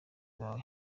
bawe